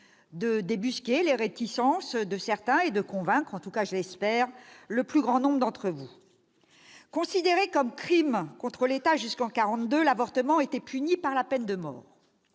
de débusquer les réticences de certains et de convaincre, je l'espère, le plus grand nombre d'entre vous. Considéré comme crime contre l'État jusqu'en 1942, l'avortement était puni de la peine de mort.